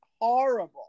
horrible